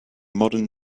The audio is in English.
modern